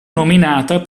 nominata